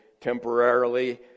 temporarily